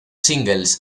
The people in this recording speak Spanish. singles